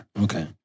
Okay